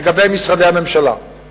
לגבי משרדי הממשלה,